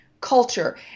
culture